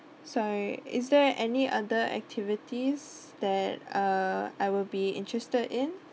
sorry is there any other activities that uh I will be interested in